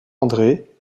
andré